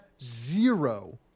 zero